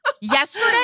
Yesterday